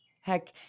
Heck